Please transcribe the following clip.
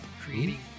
creating